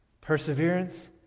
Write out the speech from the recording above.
Perseverance